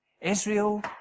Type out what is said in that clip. Israel